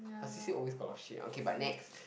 her C_C always got a lot of shit okay but next